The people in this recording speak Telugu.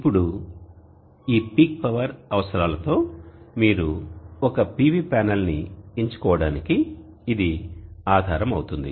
ఇప్పుడు ఈ పీక్ పవర్ అవసరాలతో మీరు ఒక PV ప్యానెల్ని ఎంచుకోవడానికి ఇది ఆధారం అవుతుంది